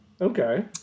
okay